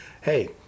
Hey